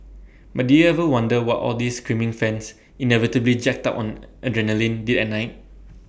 but did you ever wonder what all these screaming fans inevitably jacked up on adrenaline did at night